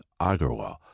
Agarwal